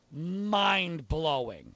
mind-blowing